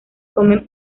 come